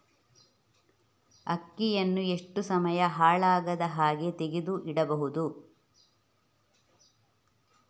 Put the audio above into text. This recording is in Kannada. ಅಕ್ಕಿಯನ್ನು ಎಷ್ಟು ಸಮಯ ಹಾಳಾಗದಹಾಗೆ ತೆಗೆದು ಇಡಬಹುದು?